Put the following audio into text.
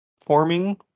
forming